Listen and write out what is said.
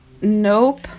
nope